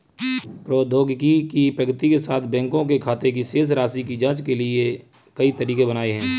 प्रौद्योगिकी की प्रगति के साथ, बैंकों ने खाते की शेष राशि की जांच के लिए कई तरीके बनाए है